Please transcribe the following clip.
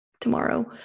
tomorrow